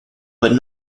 but